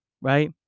right